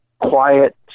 quiet